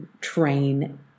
train